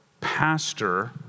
pastor